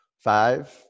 Five